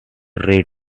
read